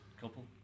couple